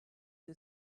who